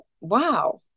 wow